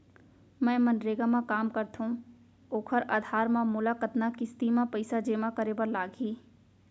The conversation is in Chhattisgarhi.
मैं मनरेगा म काम करथो, ओखर आधार म मोला कतना किस्ती म पइसा जेमा करे बर लागही?